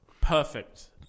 Perfect